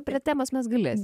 prie temos mes galėsim